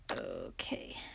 Okay